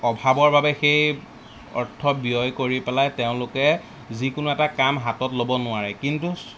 অভাৱৰ বাবে সেই অৰ্থ ব্যয় কৰি পেলাই তেওঁলোকে যিকোনো এটা কাম হাতত ল'ব নোৱাৰে কিন্তু